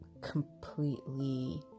completely